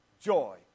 joy